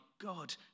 God